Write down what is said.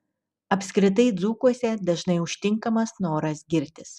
apskritai dzūkuose dažnai užtinkamas noras girtis